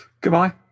Goodbye